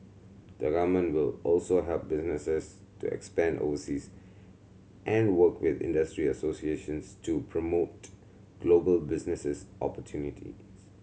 the Government will also help businesses to expand overseas and work with industry associations to promote global businesses opportunities